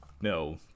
no